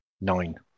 Nine